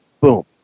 Boom